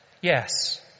yes